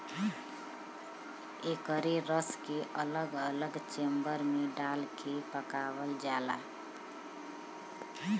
एकरे रस के अलग अलग चेम्बर मे डाल के पकावल जाला